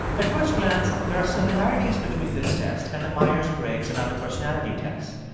at first glance, there are similarities between this test and the myers-briggs and other personality tests.